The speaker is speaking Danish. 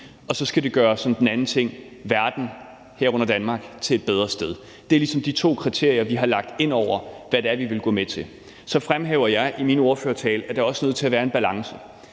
andet skal det gøre verden, herunder Danmark, til et bedre sted. Det er ligesom de to kriterier, vi har lagt ind over, hvad det er, vi vil gå med til. Så fremhæver jeg i min ordførertale, at der også er nødt til at være en balance.